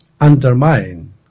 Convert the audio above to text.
undermine